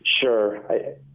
Sure